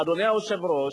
אדוני היושב-ראש,